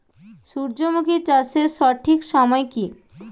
সূর্যমুখী চাষের সঠিক সময় কি?